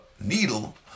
needle